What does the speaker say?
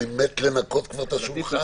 אני משתוקק לנקות כבר את השולחן.